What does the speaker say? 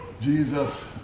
Jesus